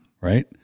Right